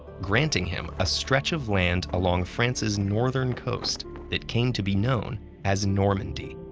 granting him a stretch of land along france's northern coast that came to be known as normandy.